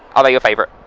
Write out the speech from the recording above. are they your favourite?